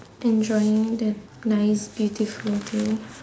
enjoying the nice beautiful day